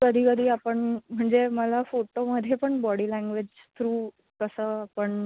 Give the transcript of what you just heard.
कधीकधी आपण म्हणजे मला फोटोमध्ये पण बॉडी लँग्वेज थ्रू कसं आपण